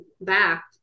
back